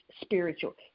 spiritual